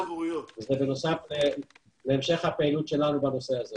המטרה שלנו מאוד פשוטה.